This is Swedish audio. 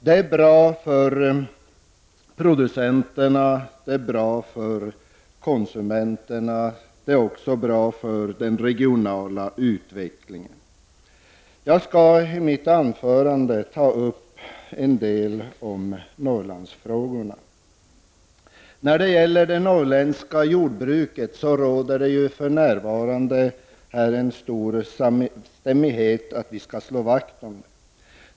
Det är bra för producenterna och bra för konsumenterna, men det är också bra för den regionala utvecklingen. Jag skall i mitt anförande ta upp till diskussion en del av Norrlandsfrågorna. Det råder för närvarande stor samstämmighet om att vi skall slå vakt om det norrländska jordbruket.